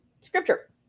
scripture